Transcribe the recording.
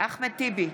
אחמד טיבי,